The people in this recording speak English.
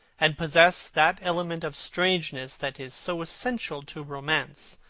and possess that element of strangeness that is so essential to romance,